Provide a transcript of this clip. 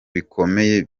bikomeye